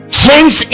change